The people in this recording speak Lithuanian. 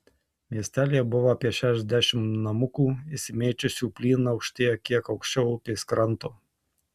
miestelyje buvo apie šešiasdešimt namukų išsimėčiusių plynaukštėje kiek aukščiau upės kranto